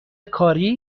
کاری